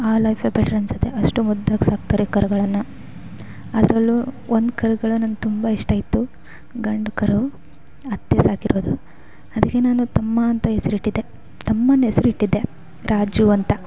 ಆ ಲೈಫೆ ಬೆಟ್ರ್ ಅನ್ಸುತ್ತೆ ಅಷ್ಟು ಮುದ್ದಾಗಿ ಸಾಕ್ತಾರೆ ಕರುಗಳನ್ನು ಅದರಲ್ಲು ಒಂದು ಕರುಗಳು ನಂಗೆ ತುಂಬ ಇಷ್ಟ ಇತ್ತು ಗಂಡು ಕರು ಅತ್ತೆ ಸಾಕಿರೋದು ಅದಕ್ಕೆ ನಾನು ತಮ್ಮ ಅಂತ ಹೆಸ್ರಿಟ್ಟಿದ್ದೆ ತಮ್ಮನ ಹೆಸ್ರಿಟ್ಟಿದ್ದೆ ರಾಜು ಅಂತ